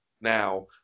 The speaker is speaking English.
now